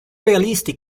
realistic